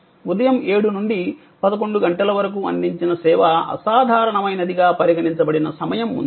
ఉదయం 7 నుండి 11 గంటల వరకు అందించిన సేవ అసాధారణమైనదిగా పరిగణించబడిన సమయం ఉంది